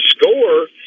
score –